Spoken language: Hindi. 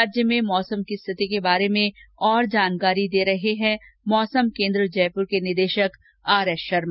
राज्य में मौसम की स्थिति के बारे में ज्यादा जानकारी दे रहे है मौसम केन्द्र जयपुर के निदेशक आरएस शर्मा